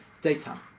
data